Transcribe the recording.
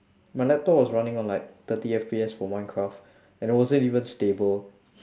my laptop was running on like thirty F_P_S for minecraft and it wasn't even stable